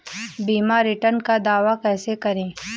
बीमा रिटर्न का दावा कैसे करें?